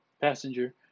passenger